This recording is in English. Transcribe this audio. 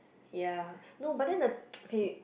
ya no but then the okay